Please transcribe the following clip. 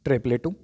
टे प्लेटूं